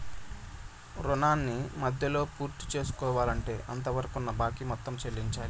రుణాన్ని మధ్యలోనే పూర్తిసేసుకోవాలంటే అంతవరకున్న బాకీ మొత్తం చెల్లించాలి